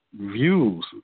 views